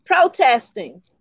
protesting